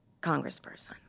congressperson